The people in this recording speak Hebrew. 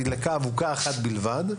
נזרקה אבוקה אחת בלבד,